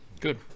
Good